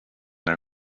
der